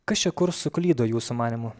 kas čia kur suklydo jūsų manymu